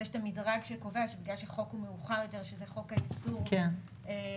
יש את המדרג שקובע שבגלל חוק האיסור מאוחר